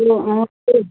हो का तरीच